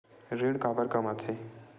ऋण काबर कम आथे?